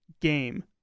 game